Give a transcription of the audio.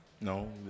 No